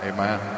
Amen